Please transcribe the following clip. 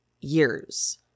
Years